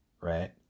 right